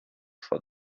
for